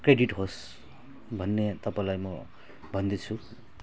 credit होस् भन्ने तपाईँलाई म भन्दैछु